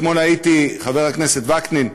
חבר הכנסת וקנין,